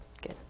good